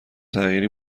تغییری